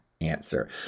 answer